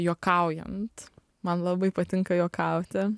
juokaujant man labai patinka juokauti